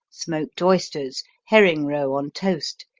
smoked oysters, herring roe on toast,